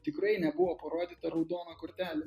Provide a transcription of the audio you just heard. tikrai nebuvo parodyta raudona kortelė